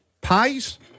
Pies